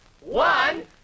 one